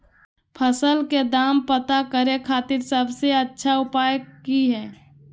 फसल के दाम पता करे खातिर सबसे अच्छा उपाय की हय?